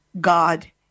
God